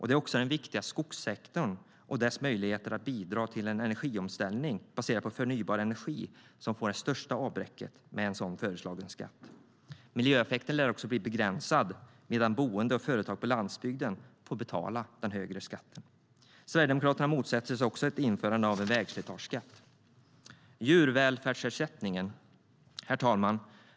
Det är också den viktiga skogssektorn och dess möjligheter att bidra till en energiomställning baserad på förnybar energi som får det största avbräcket med en sådan föreslagen skatt. Miljöeffekten lär alltså bli begränsad medan boende och företag på landsbygden får betala en högre skatt. Herr talman!